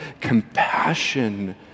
compassion